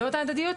זאת ההדדיות?